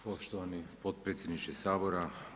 Poštovani potpredsjedniče Sabora.